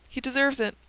he deserves it.